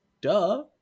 Duh